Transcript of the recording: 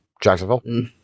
Jacksonville